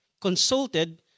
consulted